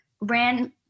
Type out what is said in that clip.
ran